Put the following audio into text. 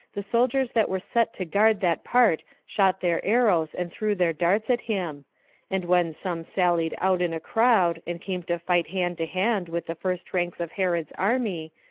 the soldiers that were set to guard that part shot their arrows and threw their darts at him and when some sallied out in a crowd, and came to fight hand to hand with the first ranks of herod's army,